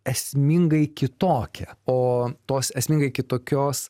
esmingai kitokia o tos esmingai kitokios